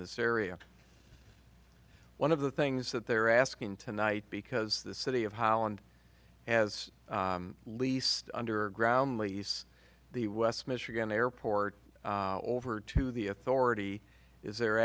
this area one of the things that they're asking tonight because the city of holland has leased under ground lease the west michigan airport over to the authority is they're